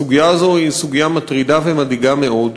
הסוגיה הזאת היא סוגיה מטרידה ומדאיגה מאוד.